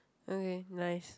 okay nice